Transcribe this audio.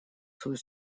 свой